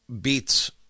beats